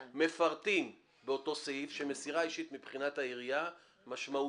ומפרטים באותו סעיף שמסירה אישית מבחינת העירייה משמעותה